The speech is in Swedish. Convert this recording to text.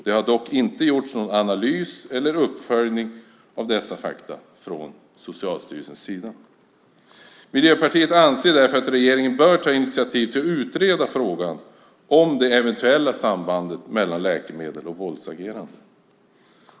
Det har dock inte gjorts någon analys eller uppföljning av dessa fakta från Socialstyrelsens sida. Miljöpartiet anser därför att regeringen bör ta initiativ till att utreda frågan om det eventuella sambandet mellan läkemedel och våldsagerande.